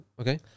okay